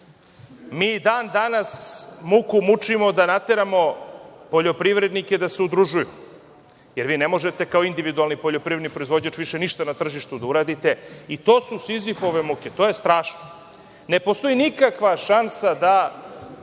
i dan danas muku mučimo da nateramo poljoprivrednike da se udružuju, jer vi ne možete kao individualni poljoprivredni proizvođač više ništa na tržištu da uradite, i to su Sizifove muke, to je strašno. Ne postoji nikakva šansa da